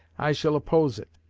i shall oppose it.